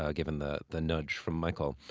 ah given the the nudge from michael.